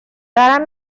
دارم